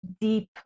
deep